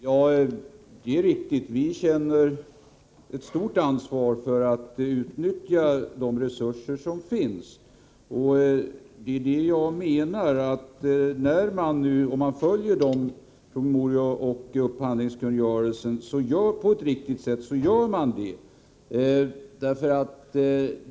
Herr talman! Det är riktigt att vi känner ett stort ansvar för att utnyttja de resurser som finns. Jag menar att man gör det om man följer de promemorior som föreligger och upphandlingskungörelsen på ett riktigt sätt.